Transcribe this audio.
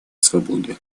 свободы